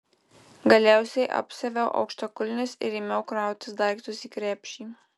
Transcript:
galiausiai apsiaviau aukštakulnius ir ėmiau krautis daiktus į krepšį